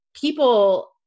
people